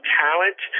talent